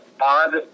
odd